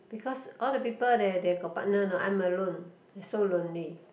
because all the people they they got partner anot I'm alone I so lonely